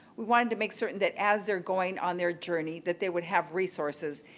we wanted to make certain that as they're going on their journey, that they would have resources.